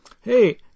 Hey